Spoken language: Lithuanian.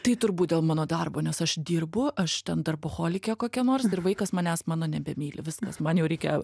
tai turbūt dėl mano darbo nes aš dirbu aš ten darbo holikė kokia nors ir vaikas manęs mano nebemyli viskas man jau reikia